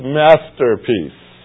masterpiece